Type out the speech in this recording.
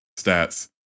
stats